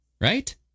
right